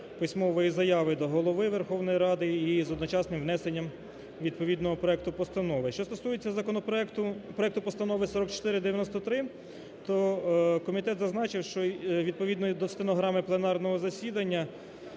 письмової заяви до Голови Верховної Ради із одночасним внесенням відповідного проекту постанови. Що стосується проекту постанови 4493, то комітет зазначив, що і відповідно до стенограми пленарного засідання,